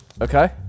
Okay